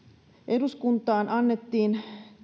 eduskuntaan annettiin